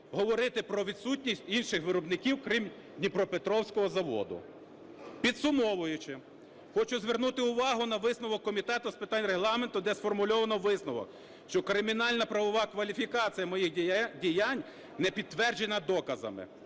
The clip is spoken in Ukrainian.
говорити про відсутність інших виробників, крім дніпропетровського заводу. Підсумовуючи, хочу звернути увагу на висновок Комітету з питань Регламенту, де сформульовано висновок, що кримінально-правова кваліфікація моїх діянь не підтверджена доказами.